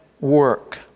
work